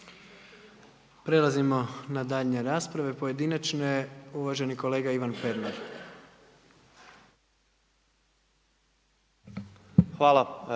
Prelazimo na daljnje rasprave pojedinačne. Uvaženi kolega Ivan Pernar.